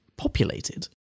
populated